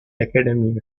academy